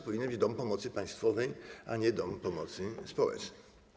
Powinien to być dom pomocy państwowej, a nie dom pomocy społecznej.